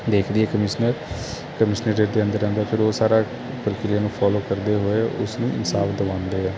ਦੇਖਦੀ ਹੈ commissioner commissioner ਦੇ ਅੰਦਰ ਰਹਿੰਦਾ ਫਿਰ ਉਹ ਸਾਰਾ ਪ੍ਰਕਿਰਿਆ ਨੂੰ ਫੋਲੋ ਕਰਦੇ ਹੋਏ ਉਸਨੂੰ ਇਨਸਾਫ ਦਵਾਉਂਦੇ ਆ